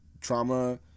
trauma